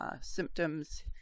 symptoms